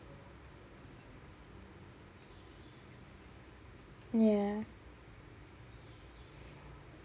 ya